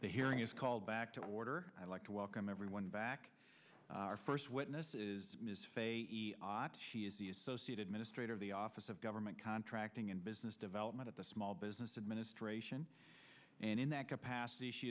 the hearing is called back to order i'd like to welcome everyone back our first witness is ms fake she is the associate administrator of the office of government contracting and business development of the small business administration and in that capacity she